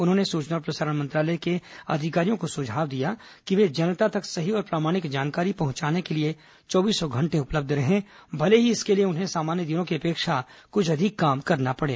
उन्होंने सूचना और प्रसारण मंत्रालय के अधिकारियों को सुझाव दिया कि वे जनता तक सही और प्रामाणिक जानकारी पहुंचाने के लिए चौबीसों घंटे उपलब्ध रहें भले ही इसके लिए उन्हें सामान्य दिनों की अपेक्षा कुछ अधिक काम करना पड़े